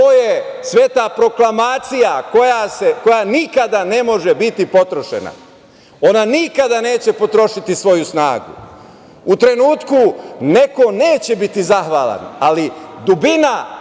To je sveta proklamacija koja nikada ne može biti potrošena. Ona nikada neće potrošiti svoju snagu. U trenutku neko neće biti zahvalan, ali dubina